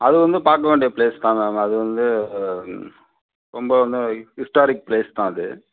அது வந்து பார்க்க வேண்டிய பிளேஸ் தான் மேம் அது வந்து ரொம்பவுமே ஹிஸ்டாரிக் பிளேஸ் தான் அது